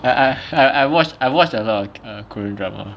I I I I I watch I watched the err korean drama